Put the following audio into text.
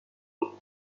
مبارک